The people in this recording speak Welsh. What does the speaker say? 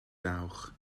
dawch